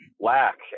Lack